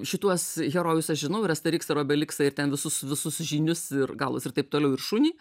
šituos herojus aš žinau ir asteriksą ir obeliksą ir ten visus visus žynius ir galus ir taip toliau ir šunį